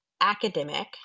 academic